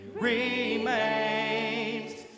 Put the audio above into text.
Remains